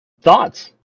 Thoughts